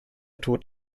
tod